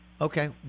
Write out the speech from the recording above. Okay